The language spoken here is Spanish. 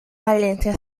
valencia